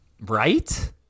right